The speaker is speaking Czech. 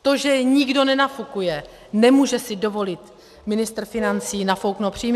To, že je nikdo nenafukuje nemůže si dovolit ministr financí nafouknout příjmy.